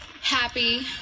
happy